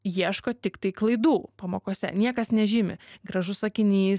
ieško tiktai klaidų pamokose niekas nežymi gražus sakinys